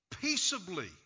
Peaceably